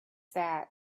that